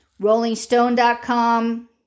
rollingstone.com